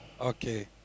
Okay